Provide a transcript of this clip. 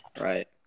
right